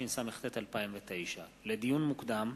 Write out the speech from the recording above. התשס"ט 2009. לדיון מוקדם: